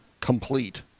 complete